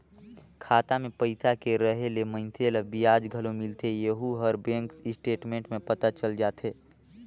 खाता मे पइसा के रहें ले मइनसे ल बियाज घलो मिलथें येहू हर बेंक स्टेटमेंट में पता चल जाथे